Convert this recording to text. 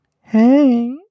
Hey